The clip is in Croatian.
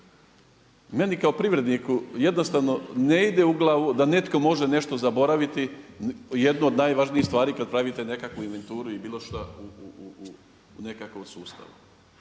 Meni kao privredniku jednostavno ne ide u glavu da netko može nešto zaboraviti jednu od najvažnijih stvari kada pravite nekakvu inventuru i bilo što u nekakvom sustavu.